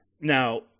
Now